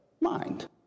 mind